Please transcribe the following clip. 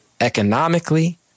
economically